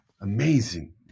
Amazing